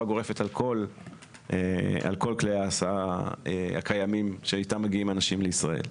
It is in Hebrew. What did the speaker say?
גורפת על כל כלי ההסעה הקיימים איתם מגיעים אנשים לישראל.